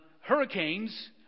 hurricanes